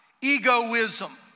Egoism